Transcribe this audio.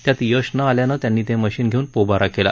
त्यात यश न आल्याने त्यांनी ते मशीन घेऊन पोबारा केला